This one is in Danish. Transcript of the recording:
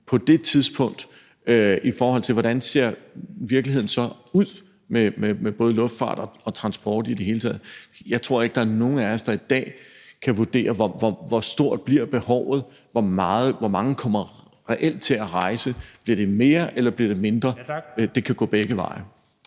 på det tidspunkt, altså i forhold til hvordan virkeligheden ser ud med både luftfart og transport i det hele taget. Jeg tror ikke, at der er nogen af os, der i dag kan vurdere, hvor stort behovet bliver, hvor mange der reelt kommer til at rejse, altså om det bliver flere eller færre – det kan gå begge veje.